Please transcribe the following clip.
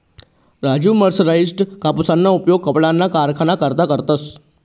Raju mercerised कापूसना उपयोग कपडाना कारखाना करता करस